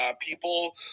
people